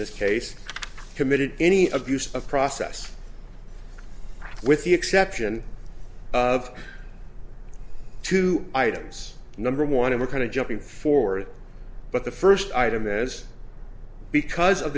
this case committed any abuse of process with the exception of two items number one of a kind of jumping forward but the first item as because of